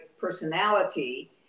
personality